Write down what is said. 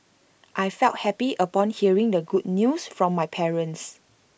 I felt happy upon hearing the good news from my parents